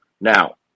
Now